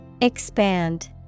Expand